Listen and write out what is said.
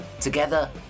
Together